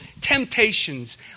temptations